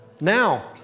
now